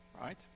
right